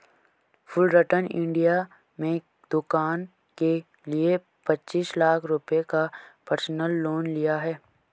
Fullerton India से मैंने दूकान के लिए पचीस लाख रुपये का पर्सनल लोन लिया है